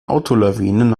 autolawinen